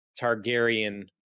Targaryen